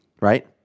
right